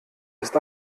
ist